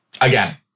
Again